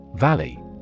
Valley